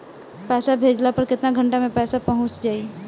पैसा भेजला पर केतना घंटा मे पैसा चहुंप जाई?